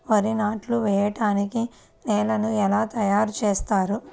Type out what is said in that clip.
వరి నాట్లు వేయటానికి నేలను ఎలా తయారు చేస్తారు?